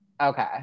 Okay